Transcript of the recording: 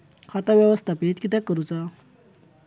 खाता व्यवस्थापित किद्यक करुचा?